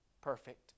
perfect